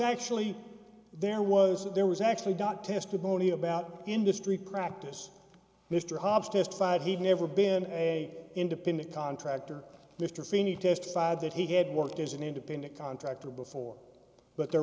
actually there was there was actually done testimony about industry practice mr hobbs testified he'd never been a independent contractor mr feeney testified that he had worked as an independent contractor before but there